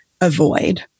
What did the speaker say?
avoid